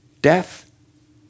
death